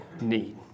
need